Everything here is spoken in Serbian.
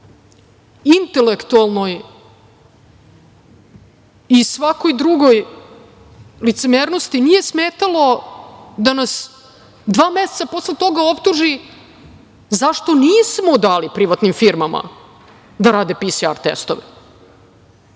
intelektualnoj i svakoj drugoj licemernosti, nije smetalo da nas dva meseca posle toga optuži, zašto nismo dali privatnim firmama da rade PSR testove.